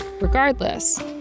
Regardless